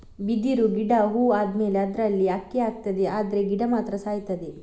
ಬಿದಿರು ಗಿಡ ಹೂ ಆದ್ಮೇಲೆ ಅದ್ರಲ್ಲಿ ಅಕ್ಕಿ ಆಗ್ತದೆ ಆದ್ರೆ ಗಿಡ ಮಾತ್ರ ಸಾಯ್ತದೆ